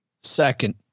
second